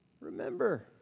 remember